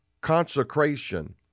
Consecration